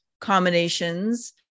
combinations